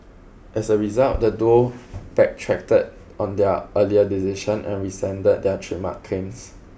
as a result the duo backtracked on their earlier decision and rescinded their trademark claims